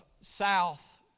south